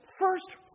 first